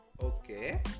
Okay